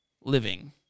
Living